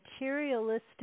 materialistic